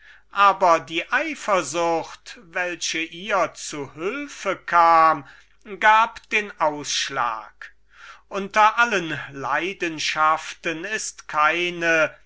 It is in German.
aber die eifersucht welche ihr zu hülfe kam gab den ausschlag unter allen leidenschaften ist keine